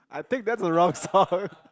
I think that's the wrong song